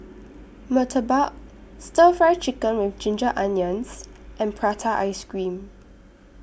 Murtabak Stir Fry Chicken with Ginger Onions and Prata Ice Cream